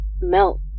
melt